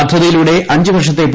പദ്ധതിയിലൂടെ അഞ്ച് വർഷത്തെ പി